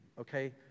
okay